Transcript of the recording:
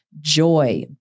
joy